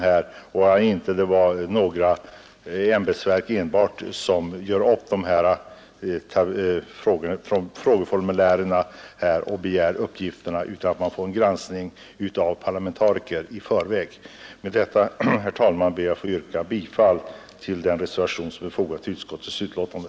Det blir då inte enbart ämbetsverken som medverkar vid uppgörandet av frågeformulären och intagandet av uppgifterna utan en granskning skall i förväg ske genom parlamentariker. Med det anförda, herr talman, ber jag att få yrka bifall till den reservation som är fogad vid utskottets betänkande.